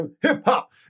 Hip-hop